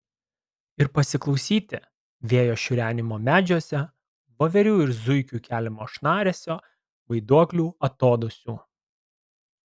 ir pasiklausyti vėjo šiurenimo medžiuose voverių ir zuikių keliamo šnaresio vaiduoklių atodūsių